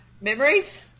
memories